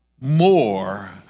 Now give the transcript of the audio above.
more